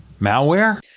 malware